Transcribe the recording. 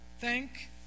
thank